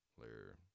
layer